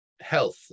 health